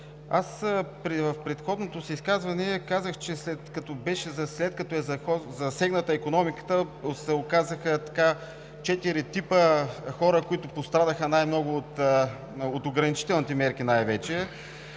В предходното си изказване казах, че след като е засегната икономиката, се оказаха четири типа хора, които пострадаха най-много от ограничителните мерки най-вече.